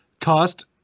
cost –